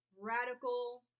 radical